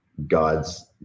god's